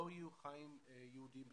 לא יהיו חיים יהודים בטוחים.